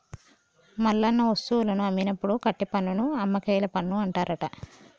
మల్లన్న వస్తువులను అమ్మినప్పుడు కట్టే పన్నును అమ్మకేల పన్ను అంటారట